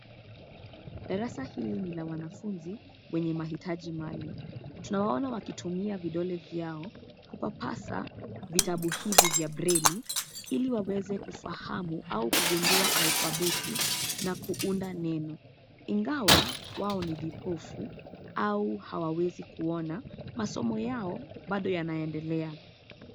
Darasa hili ni la wanafunzi wenye mahitaji maalum. Tunawaona wakitumia vidole vyao kupapasa vitabu hivi vya breli ili waweze kufahamu au kugundua alfabeti na kuunda neno ingawa wao ni vipofu au hawawezi kuona. Masomo yao bado yanaendelea.